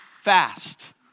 fast